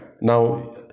Now